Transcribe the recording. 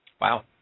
Wow